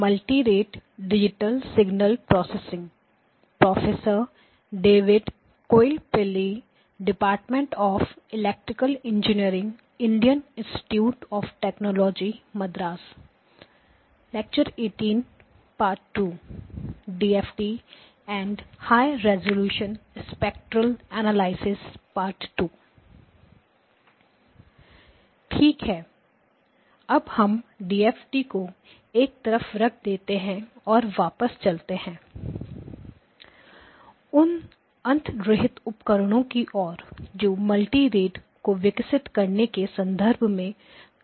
ठीक है अब हम DFT को एक तरफ रख देते हैं और वापस चलते हैं उन अंतर्निहित उपकरणों की ओर जो मल्टी रेट को विकसित करने के संदर्भ में काम आते हैं